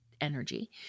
energy